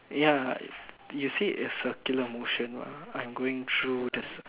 ya you see is circular motion mah I'm going through this